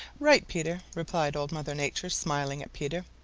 right, peter, replied old mother nature, smiling at peter.